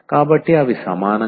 కాబట్టి అవి సమానంగా ఉండవు